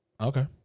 Okay